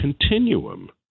continuum